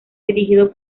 dirigido